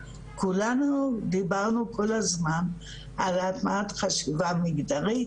כולנו דיברנו כל הזמן על הטמעת חשיבה מגדרית,